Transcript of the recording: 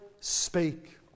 speak